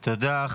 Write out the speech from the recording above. תודה.